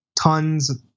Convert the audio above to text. tons